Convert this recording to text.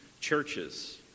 churches